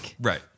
Right